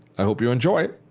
i hope you enjoy!